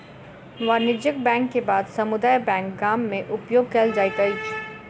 वाणिज्यक बैंक के बाद समुदाय बैंक गाम में उपयोग कयल जाइत अछि